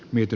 puhemies